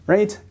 Right